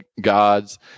gods